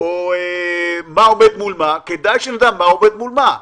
או מה עומד מול מה, כדאי שנדע מה עומד מול מה.